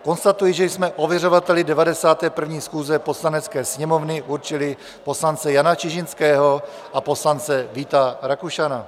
Konstatuji, že jsme ověřovateli 91. schůze Poslanecké sněmovny určili poslance Jana Čižinského a poslance Víta Rakušana.